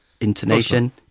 intonation